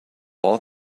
all